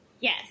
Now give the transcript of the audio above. Yes